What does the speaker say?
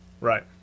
Right